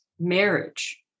marriage